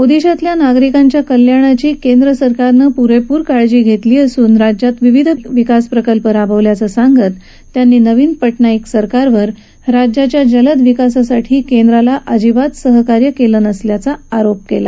ओदिशातल्या नागरिकांच्या कल्याणाची केंद्र सरकारनं पुरेपूर काळजी घेतली असून राज्यात विविध विकास प्रकल्प राबवल्याचं सांगत त्यांनी नवीन पटनाईक सरकारवर राज्याच्या जलद विकासासाठी केंद्राला बिल्कुल सहकार्य केलं नसल्याचा आरोप केला